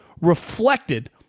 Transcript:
reflected